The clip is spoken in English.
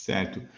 Certo